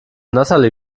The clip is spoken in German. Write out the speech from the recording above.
natalie